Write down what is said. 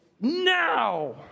now